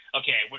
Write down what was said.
okay